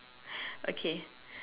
okay